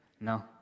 No